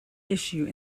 issue